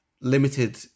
limited